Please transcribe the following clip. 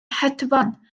hedfan